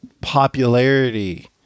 popularity